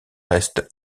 reste